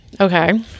okay